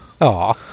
Aw